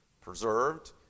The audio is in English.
preserved